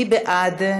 מי בעד?